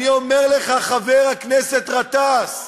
אני אומר לך, חבר הכנסת גטאס,